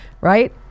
Right